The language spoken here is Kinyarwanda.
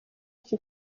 iki